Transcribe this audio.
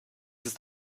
ist